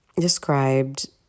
described